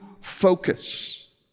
focus